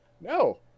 No